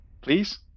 Please